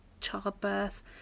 childbirth